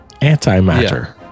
antimatter